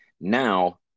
now